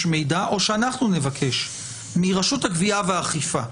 מידע או שאנחנו נבקש מרשות הגבייה והאכיפה,